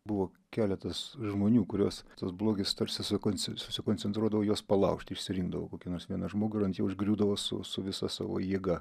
buvo keletas žmonių kuriuos tas blogis tarsi sukonc susikoncentruodavo juos palaužti išsirinkdavo kokį nors vieną žmogų ir ant jo užgriūdavo su su visa savo jėga